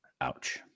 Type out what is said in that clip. Ouch